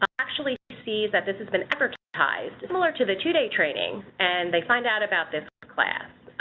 actually see that this has been advertised similar to the two-day training and they find out about this class.